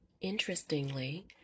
Interestingly